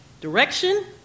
direction